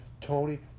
Tony